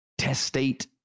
testate